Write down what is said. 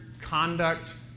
conduct